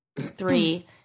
three